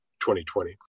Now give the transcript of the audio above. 2020